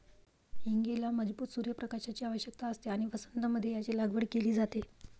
हींगेला मजबूत सूर्य प्रकाशाची आवश्यकता असते आणि वसंत मध्ये याची लागवड केली जाते